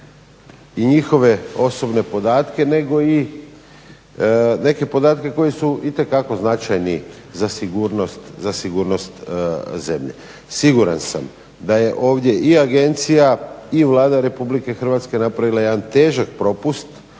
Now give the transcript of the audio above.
i njihove osobne podatke nego i neke podatke koji su itekako značajni za sigurnost zemlje. Siguran sam da je ovdje i Agencija i Vlada Republike Hrvatske napravila jedan težak propust